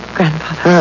Grandfather